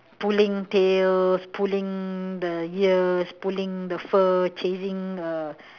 pulling tails pulling the ears pulling the fur chasing a